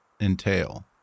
entail